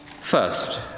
First